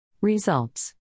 Results